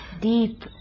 Deep